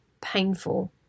painful